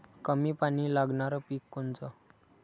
कमी पानी लागनारं पिक कोनचं?